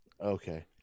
Okay